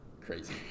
Crazy